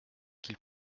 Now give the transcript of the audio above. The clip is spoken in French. qu’il